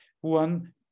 One